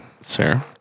sir